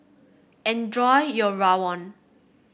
enjoy your rawon